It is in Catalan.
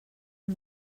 amb